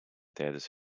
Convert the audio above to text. tijdens